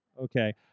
Okay